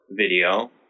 video